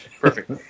perfect